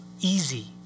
easy